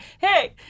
hey